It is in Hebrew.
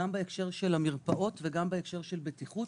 גם בהקשר של המרפאות וגם בהקשר של בטיחות